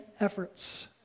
efforts